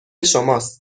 شماست